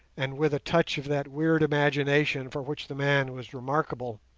and with a touch of that weird imagination for which the man was remarkable,